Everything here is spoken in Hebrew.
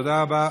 תודה רבה.